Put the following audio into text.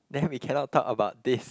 then we cannot talk about this